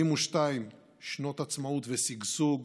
72 שנות עצמאות ושגשוג